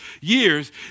years